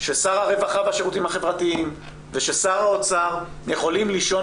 ששר הרווחה והשירותים החברתיים וששר האוצר יכולים לישון